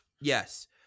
yes